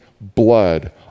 blood